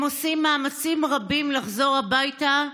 הם עושים מאמצים רבים לחזור הביתה,